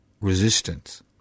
resistance